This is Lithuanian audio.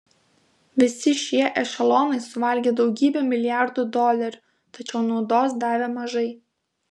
visi šie ešelonai suvalgė daugybę milijardų dolerių tačiau naudos davė mažai